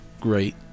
great